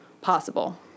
possible